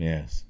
Yes